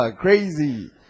crazy